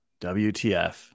WTF